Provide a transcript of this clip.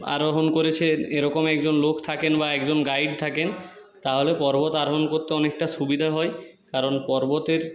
আরোহণ করেছেন এরকম একজন লোক থাকেন বা একজন গাইড থাকেন তাহলে পর্বত আরোহণ করতে অনেকটা সুবিধা হয় কারণ পর্বতের